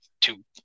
two